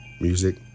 Music